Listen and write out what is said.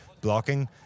blocking